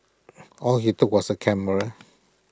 all he took was A camera